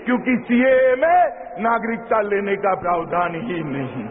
क्यूंकि सीएए में नागरिकता लेने का प्रावधान ही नहीं है